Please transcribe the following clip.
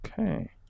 Okay